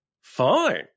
fine